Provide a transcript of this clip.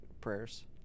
prayers